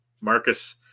Marcus